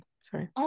sorry